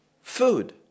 food